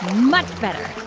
much better.